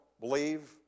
believe